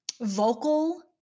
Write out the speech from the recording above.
vocal